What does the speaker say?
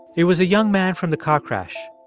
it was the young man from the car crash.